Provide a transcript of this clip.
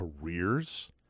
careers